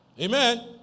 Amen